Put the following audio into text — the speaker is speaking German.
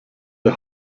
der